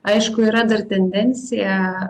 aišku yra dar tendencija